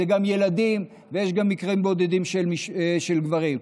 יש גם ילדים ויש מקרים בודדים של גברים.